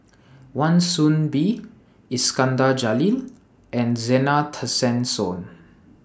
Wan Soon Bee Iskandar Jalil and Zena Tessensohn